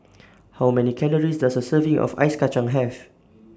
How Many Calories Does A Serving of Ice Kachang Have